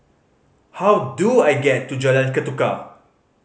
how do I get to Jalan Ketuka